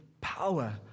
power